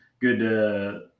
good